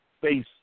face